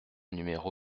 numéro